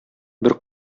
бер